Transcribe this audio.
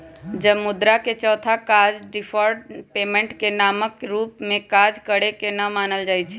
अब मुद्रा के चौथा काज डिफर्ड पेमेंट के मानक के रूप में काज करेके न मानल जाइ छइ